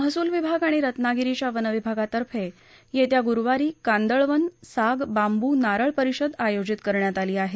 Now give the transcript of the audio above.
महसूल विभाग आणि रत्नागिरीच्या वन विभागातर्फे येत्या गुरुवारी कांदळवन साग बांबू नारळ परिषद आयोजित करण्यात आली आहे